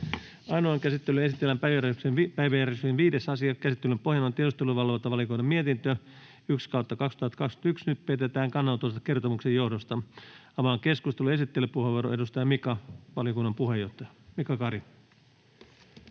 Ainoaan käsittelyyn esitellään päiväjärjestyksen 5. asia. Käsittelyn pohjana on tiedusteluvalvontavaliokunnan mietintö TiVM 1/2021 vp. Nyt päätetään kannanotosta kertomuksen johdosta. — Avaan keskustelun. Esittelypuheenvuoro, edustaja Mika Kari, valiokunnan puheenjohtaja. Arvoisa